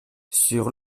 sur